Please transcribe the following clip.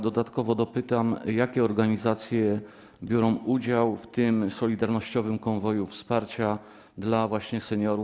Dodatkowo dopytam: Jakie organizacje biorą udział w tym Solidarnościowym Konwoju Wsparcia Seniorów?